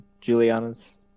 Juliana's